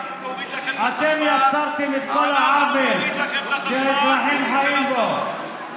אנחנו, אתם יצרתם את כל העוול שהאזרחים חיים בו.